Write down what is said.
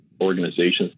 organizations